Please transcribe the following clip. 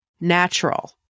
Natural